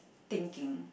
thinking